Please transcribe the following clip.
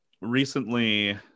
recently